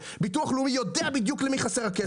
וביטוח לאומי יודעים בדיוק למי חסר הכסף.